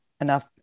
enough